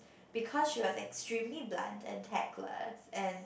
because she was extremely blunt and tag less and